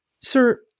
sir